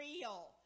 real